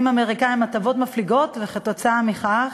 אמריקניים הטבות מפליגות וכתוצאה מכך